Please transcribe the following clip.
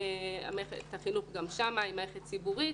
מערכת החינוך אצלן היא מערכת ציבורית